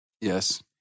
Yes